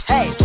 Hey